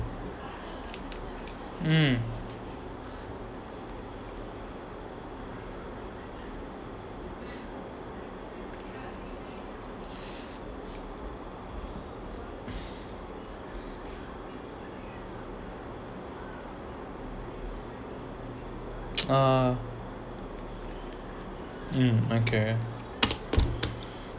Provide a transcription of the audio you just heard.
mm uh mm okay